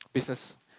business